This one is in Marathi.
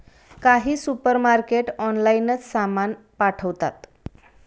काही सुपरमार्केट ऑनलाइनच सामान पाठवतात